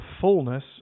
fullness